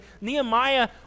Nehemiah